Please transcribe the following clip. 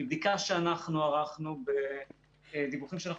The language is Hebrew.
מבדיקה שאנחנו ערכנו ומדיווחים שאנחנו